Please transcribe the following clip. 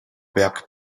berg